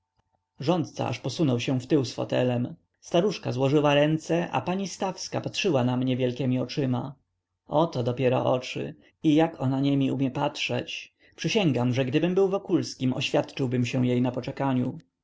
rządca aż posunął się wtył z fotelem staruszka złożyła ręce a pani stawska patrzyła na mnie wielkiemi oczyma oto dopiero oczy i jak ona niemi umie patrzeć przysięgam że gdybym był wokulskim oświadczyłbym się jej na poczekaniu